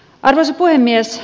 paras puhemies